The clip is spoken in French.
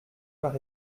par